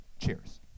Cheers